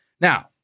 Now